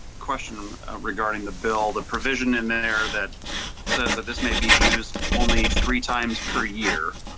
question regarding the bill the provision in there that says that this may be used only three times per year.